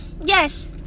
yes